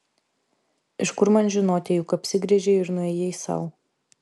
iš kur man žinoti juk apsigręžei ir nuėjai sau